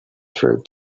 through